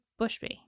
Bushby